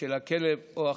של הכלב או החתול,